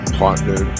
partner